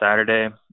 Saturday